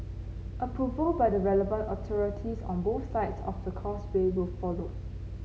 approval by the relevant authorities on both sides of the Causeway will follow